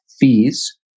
fees